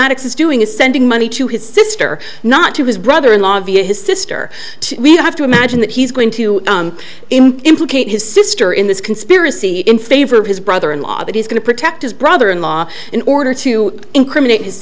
maddox is doing is sending money to his sister not to his brother in law via his sister we have to imagine that he's going to implicate his sister in this conspiracy in favor of his brother in law that he's going to protect his brother in law in order to incriminate his